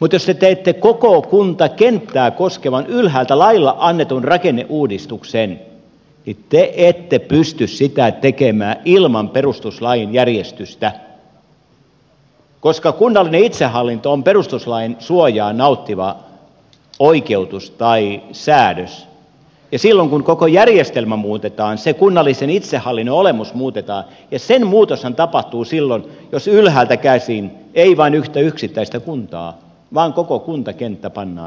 mutta jos te teette koko kuntakenttää koskevan ylhäältä lailla annetun rakenneuudistuksen niin te ette pysty sitä tekemään ilman perustuslain järjestystä koska kunnallinen itsehallinto on perustuslain suojaa nauttiva oikeutus tai säädös silloin kun koko järjestelmä muutetaan se kunnallisen itsehallinnon olemus muutetaan ja sen muutoshan tapahtuu silloin jos ylhäältä käsin ei vain yhtä yksittäistä kuntaa vaan koko kuntakenttä pannaan uusiin puihin